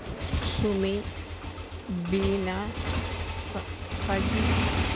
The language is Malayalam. സുമി ബീന സജി